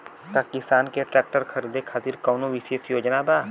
का किसान के ट्रैक्टर खरीदें खातिर कउनों विशेष योजना बा?